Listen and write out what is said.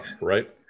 right